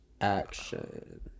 Action